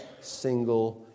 single